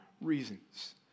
reasons